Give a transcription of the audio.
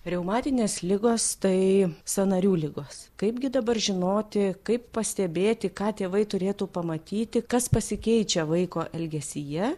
reumatinės ligos tai sąnarių ligos kaipgi dabar žinoti kaip pastebėti ką tėvai turėtų pamatyti kas pasikeičia vaiko elgesyje